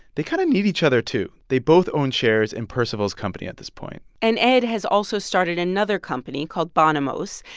they kind of need each other, too. they both own shares in percival's company at this point and ed has also started another company called bonumose.